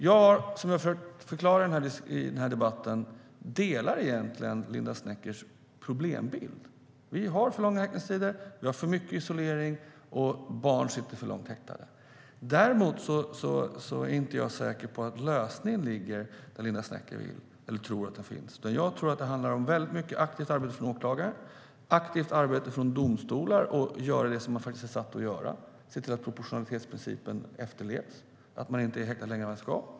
Jag har försökt förklara i den här debatten att jag egentligen delar Linda Sneckers problembild. Vi har för långa häktningstider, vi har för mycket isolering och barn sitter häktade för länge. Däremot är jag inte säker på att lösningen ligger där Linda Snecker tror att den ligger. Jag tror att det handlar om mycket aktivt arbete från åklagare, aktivt arbete från domstolar och att göra det som man är satt att göra. Det handlar om att se till att proportionalitetsprincipen efterlevs och att personer inte är häktade längre än de ska.